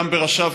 גם בראשיו,